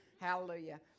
Hallelujah